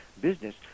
business